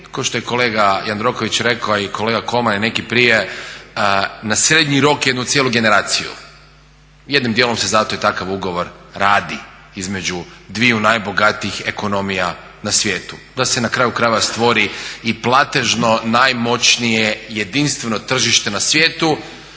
kao što je kolega Jandroković rekao a i kolega Kolman i neki prije na srednji rok jednu cijelu generaciju. Jednim djelom se zato i takav ugovor radi između dviju najbogatijih ekonomija na svijetu. Da se na kraju krajeva stvori i platežno najmoćnije jedinstveno tržište na svijetu